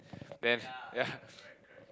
then yeah